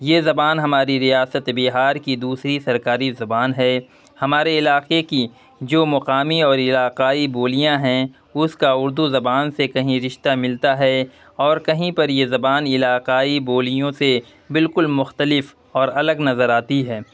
یہ زبان ہماری ریاست بہار کی دوسری سرکاری زبان ہے ہمارے علاقے کی جو مقامی اور علاقائی بولیاں ہیں اس کا اردو زبان سے کہیں رشتہ ملتا ہے اور کہیں پر یہ زبان علاقائی بولیوں سے بالکل مختلف اور الگ نظر آتی ہے